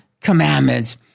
commandments